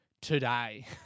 today